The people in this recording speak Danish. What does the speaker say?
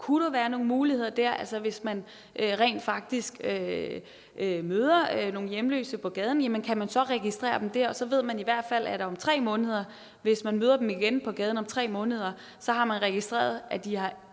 Kunne der være nogle muligheder der? Altså: Hvis man rent faktisk møder nogle hjemløse på gaden, kan man så registrere dem der? I hvert fald ved man så, hvis man møder dem på gaden igen om 3 måneder, at man har registreret, hvornår